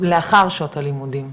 לאחר שעות הלימודים.